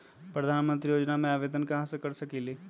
प्रधानमंत्री योजना में आवेदन कहा से कर सकेली?